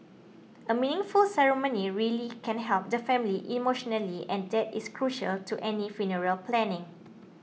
a meaningful ceremony really can help the family emotionally and that is crucial to any funeral planning